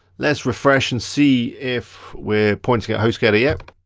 let's refresh and see if we're pointing at hostgator yet.